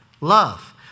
love